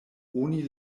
oni